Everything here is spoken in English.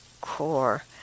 core